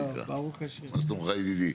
מה שלומך ידידי?